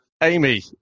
Amy